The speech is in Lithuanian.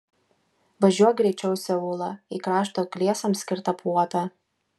važiuok greičiau į seulą į krašto akliesiems skirtą puotą